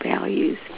values